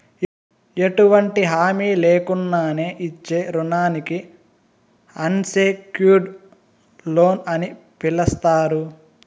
ఎటువంటి హామీ లేకున్నానే ఇచ్చే రుణానికి అన్సెక్యూర్డ్ లోన్ అని పిలస్తారు